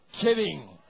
kidding